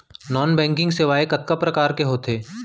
non banking सेवाएं कतका प्रकार के होथे